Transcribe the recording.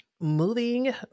moving